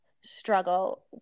struggle